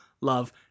Love